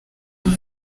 kuba